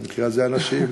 במקרה הזה הנשים,